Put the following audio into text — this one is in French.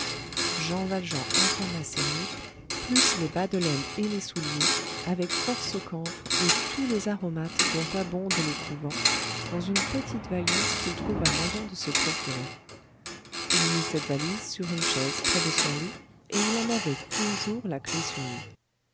jean valjean enferma ces nippes plus les bas de laine et les souliers avec force camphre et tous les aromates dont abondent les couvents dans une petite valise qu'il trouva moyen de se procurer il mit cette valise sur une chaise près de son lit et il en avait toujours la clef sur lui